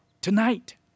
tonight